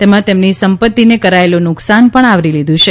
તેમાં તેમની સંપત્તિને કરાયેલું નુકસાન પણ આવરી લીધું છે